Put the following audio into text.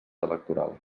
electoral